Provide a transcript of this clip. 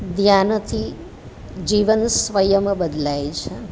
ધ્યાનથી જીવન સ્વયં બદલાય છે